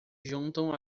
juntam